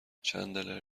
چندلر